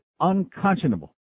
unconscionable